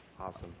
Awesome